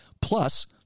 plus